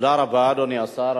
תודה רבה, אדוני השר.